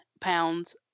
pounds